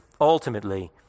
ultimately